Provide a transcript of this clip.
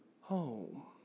home